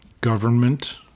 government